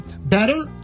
Better